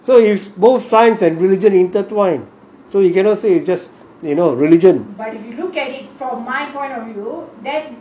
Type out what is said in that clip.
so use both science and religion intertwine so you cannot say just you know religion